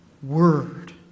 Word